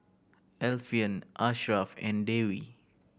Alfian Asharaff and Dewi